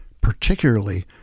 particularly